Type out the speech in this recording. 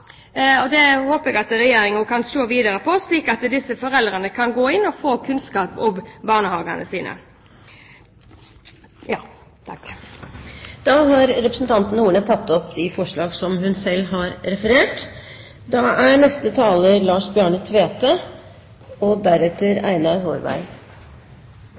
og det håper jeg Regjeringen kan se videre på, slik at disse foreldrene kan gå inn og få kunnskap om barnehagene sine. Da har representanten Solveig Horne tatt opp de forslag hun refererte til. Det er et gammelt uttrykk som heter at den som steller vugga, styrer landet. Det er